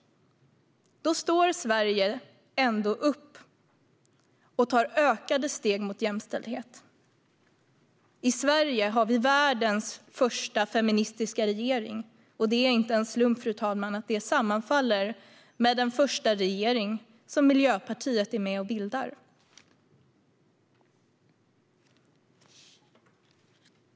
Sverige står då ändå upp och tar ytterligare steg mot jämställdhet. I Sverige finns världens första feministiska regering. Det är inte en slump, fru talman, att det sammanfaller med den första regering som Miljöpartiet är med och bildar.